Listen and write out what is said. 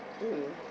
mm